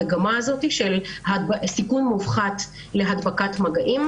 המגמה הזאת של סיכון מופחת להדבקת מגעים,